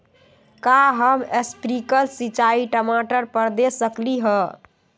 का हम स्प्रिंकल सिंचाई टमाटर पर दे सकली ह?